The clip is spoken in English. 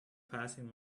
passing